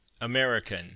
American